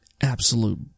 absolute